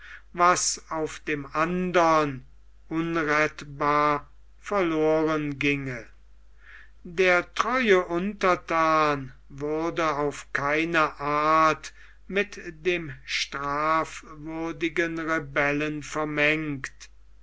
was auf dem andern unrettbar verloren ginge der treue unterthan würde auf keine art mit dem strafwürdigen rebellen vermengt